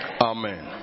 Amen